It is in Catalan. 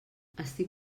estic